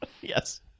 Yes